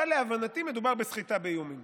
אבל להבנתי מדובר בסחיטה באיומים